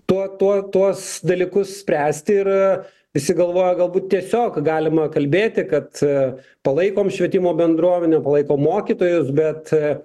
tuo tuo tuos dalykus spręsti ir visi galvoja galbūt tiesiog galima kalbėti kad palaikom švietimo bendruomenę palaikom mokytojus bet